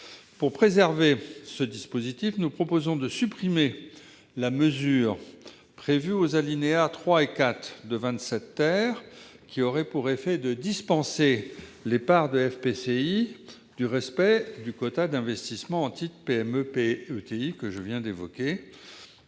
de préserver ce dispositif, nous proposons de supprimer la mesure prévue aux alinéas 3 et 4 de l'article 27 , qui aurait pour effet de dispenser les parts de FPCI du respect du quota d'investissement en titres de PME-ETI, au risque,